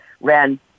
ran